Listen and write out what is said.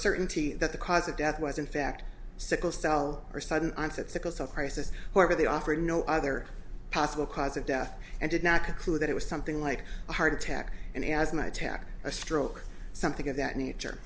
certainty that the cause of death was in fact sickle cell or sudden onset sickle cell crisis however they offered no other possible cause of death and did not conclude that it was something like a heart attack and asthma attack a stroke something of that nature